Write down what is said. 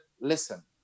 listen